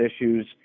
issues